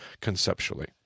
conceptually